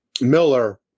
Miller